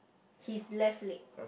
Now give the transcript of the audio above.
his left leg